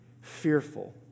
fearful